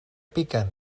piquen